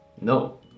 No